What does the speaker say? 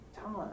time